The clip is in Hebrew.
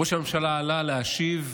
וראש הממשלה עלה להשיב.